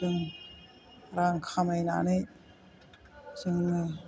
जों रां खामायनानै जोङो